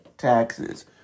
Taxes